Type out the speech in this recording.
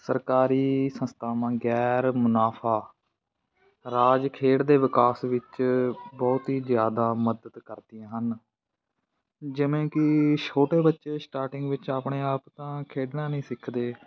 ਸਰਕਾਰੀ ਸੰਸਥਾਵਾਂ ਗੈਰ ਮੁਨਾਫਾ ਰਾਜ ਖੇਡ ਦੇ ਵਿਕਾਸ ਵਿੱਚ ਬਹੁਤ ਹੀ ਜ਼ਿਆਦਾ ਮਦਦ ਕਰਦੀਆਂ ਹਨ ਜਿਵੇਂ ਕਿ ਛੋਟੇ ਬੱਚੇ ਸਟਾਰਟਿੰਗ ਵਿੱਚ ਆਪਣੇ ਆਪ ਤਾਂ ਖੇਡਣਾ ਨਹੀਂ ਸਿੱਖਦੇ